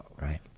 right